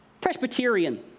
Presbyterian